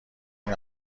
این